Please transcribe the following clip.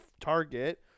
target